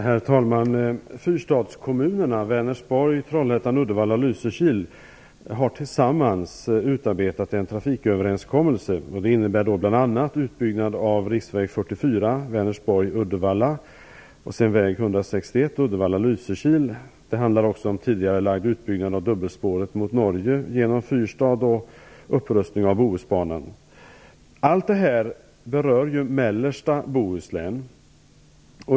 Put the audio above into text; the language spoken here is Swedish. Herr talman! Fyrstadskommunerna - Vänersborg, Trollhättan, Uddevalla och Lysekil - har tillsammans utarbetat en trafiköverenskommelse. Det innebär bl.a. utbyggnad av riksväg 44, Vänersborg-Uddevalla, och väg 161, Uddevalla-Lysekil. Det handlar också om tidigarelagd utbyggnad av dubbelspåret mot Norge genom Fyrstad och upprustning av Bohusbanan. Allt detta berör mellersta Bohuslän.